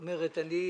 מה זאת אומרת?